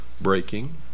breaking